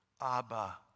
Abba